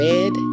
Red